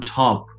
top